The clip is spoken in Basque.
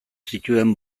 zituen